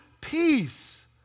peace